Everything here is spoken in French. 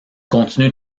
continue